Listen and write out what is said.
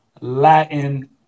Latin